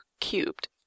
cubed